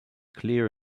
clear